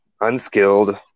unskilled